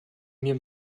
mir